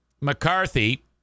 mccarthy